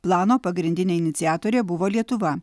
plano pagrindinė iniciatorė buvo lietuva